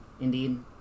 Indeed